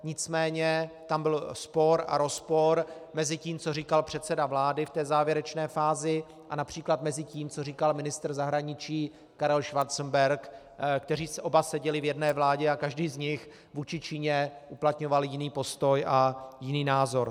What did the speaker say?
Nicméně tam byl spor a rozpor mezi tím, co říkal předseda vlády v té závěrečné fázi, a například tím, co říkal ministr zahraničí Karel Schwarzenberg, kteří oba seděli v jedné vládě a každý z nich vůči Číně uplatňoval jiný postoj a jiný názor.